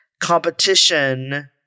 competition